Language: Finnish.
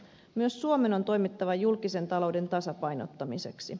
myös suomen on toimittava julkisen talouden tasapainottamiseksi